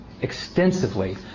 extensively